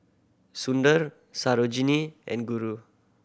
Sundar Sarojini and Guru